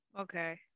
okay